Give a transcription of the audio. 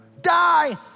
die